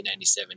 1997